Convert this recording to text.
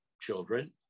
children